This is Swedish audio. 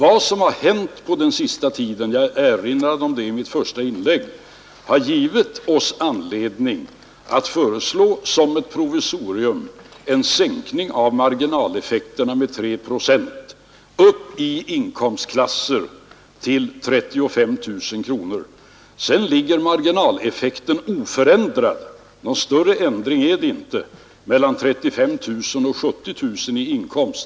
I mitt första inlägg erinrade jag om att det som hänt på senaste tiden givit oss anledning att som ett provisorium föreslå en sänkning av marginaleffekterna med 3 procent upp i inkomstklasser till 35 000 kronor. Därefter ligger marginaleffekten oförändrad — någon större ändring är det inte mellan 35 000 och 70 000 i inkomst.